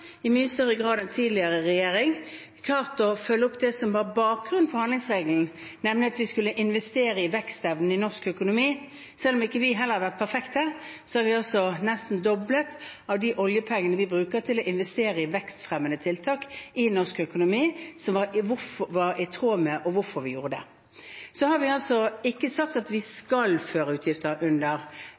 i mye større grad enn tidligere regjering klart å følge opp det som var bakgrunnen for handlingsregelen, nemlig at vi skulle investere i vekstevnen i norsk økonomi. Selv om heller ikke vi har vært perfekte, har vi nesten doblet de oljepengene vi bruker til å investere i vekstfremmende tiltak i norsk økonomi, noe som var i tråd med hvorfor vi skulle gjøre det. Så har vi ikke sagt i Granavolden-plattformen at vi skal føre utgifter